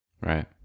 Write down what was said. right